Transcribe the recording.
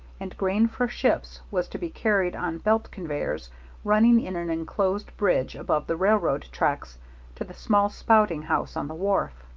and grain for ships was to be carried on belt conveyors running in an inclosed bridge above the railroad tracks to the small spouting house on the wharf.